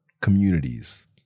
communities